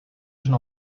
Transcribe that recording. jeune